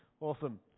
Awesome